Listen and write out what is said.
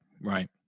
Right